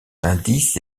indice